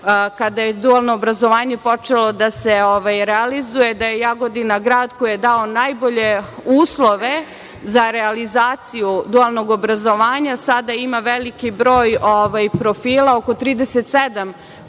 kada je dualno obrazovanje počelo da se realizuje, da je Jagodina grad koji je dao najbolje uslove za realizaciju dualnog obrazovanja. Sada ima veliki broj profila, oko 37 profila